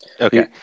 Okay